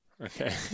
Okay